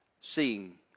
seeing